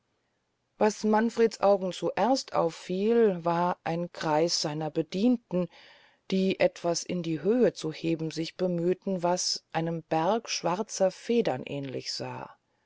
was manfreds augen zuerst auffiel war ein kreis seiner bedienten die etwas in die höhe zu heben sich bemühten das einem berge schwarzer federn ähnlich sah